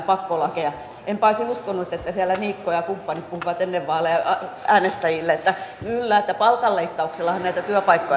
enpä olisi uskonut että siellä niikko ja kumppanit olisivat puhuneet ennen vaaleja äänestäjille että kyllä palkanleikkauksellahan näitä työpaikkoja syntyy